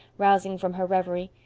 rousing from her reverie.